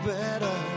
better